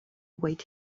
wait